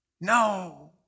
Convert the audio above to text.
No